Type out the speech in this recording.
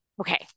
Okay